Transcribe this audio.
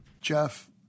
Jeff